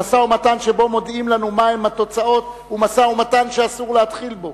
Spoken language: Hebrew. שמשא-ומתן שבו מודיעים לנו מהן התוצאות הוא משא-ומתן שאסור להתחיל בו.